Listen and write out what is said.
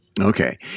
Okay